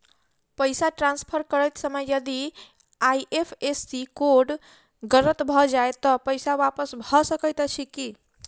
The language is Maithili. पैसा ट्रान्सफर करैत समय यदि आई.एफ.एस.सी कोड गलत भऽ जाय तऽ पैसा वापस भऽ सकैत अछि की?